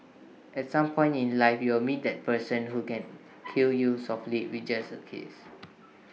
at some point in life you will meet that person who can kill you softly with just A kiss